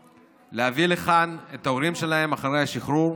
להביא לכאן את ההורים שלהם אחרי השחרור,